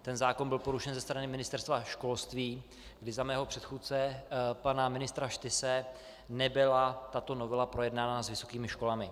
Ten zákon byl porušen ze strany Ministerstva školství, kdy za mého předchůdce pana ministra Štyse nebyla tato novela projednána s vysokými školami.